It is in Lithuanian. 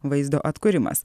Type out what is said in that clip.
vaizdo atkūrimas